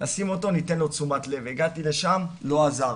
וניתן לו תשומת לב', הגעתי לשם-לא עזר.